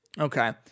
Okay